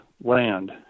land